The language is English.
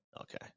Okay